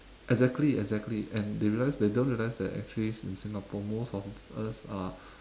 exactly exactly and they realise they don't realise that actually in singapore most of us are